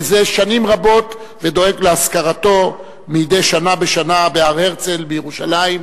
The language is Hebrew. מזה שנים רבות ודואג לאזכרתו מדי שנה בשנה בהר-הרצל בירושלים,